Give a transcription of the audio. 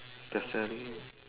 the salary